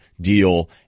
deal